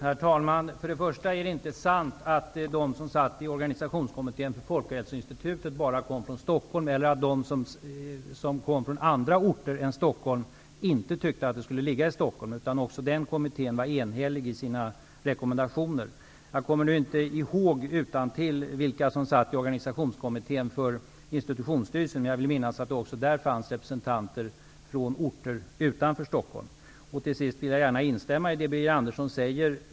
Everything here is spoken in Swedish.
Herr talman! Till att börja med är det inte sant att alla de som satt i Organisationskommittén för Folkhälsoinstitutet kom från Stockholm, eller att de som kom från andra orter än Stockholm inte tyckte att det skulle ligga i Stockholm. Också den kommittén var enhällig i sina rekommendationer. Jag kommer nu inte ihåg på rak arm vilka som satt i Organisationskommittén för institutionsstyrelsen, men jag vill minnas att det fanns representanter där också från orter utanför Stockholm. Till sist vill jag gärna instämma i det Birger Andersson säger.